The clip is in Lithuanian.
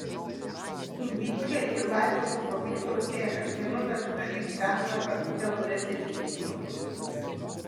su vycka ir laimiu labai suartėjome vienu metu beveik gyvenome kartu dėl repeticijų